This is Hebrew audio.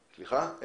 בבקשה.